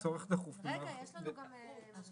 אתם כן משנים את ההגדרה של הפרמדיק